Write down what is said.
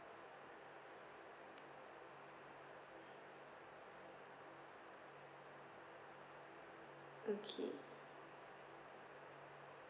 okay